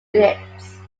units